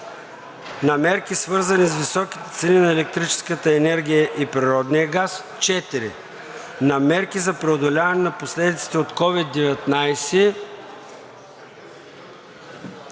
на мерки, свързани с високите цени на електрическата енергия и природния газ; 4. на мерки за преодоляване на последиците от COVID-19